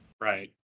right